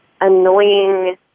annoying